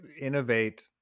innovate